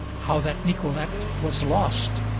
how that nicolete was lost.